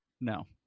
no